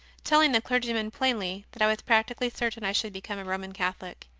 telling the clergyman plainly that i was practically certain i should become a roman catholic.